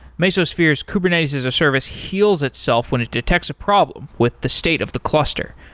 mesosphere's kubernetes-as-a-service heals itself when it detects a problem with the state of the cluster,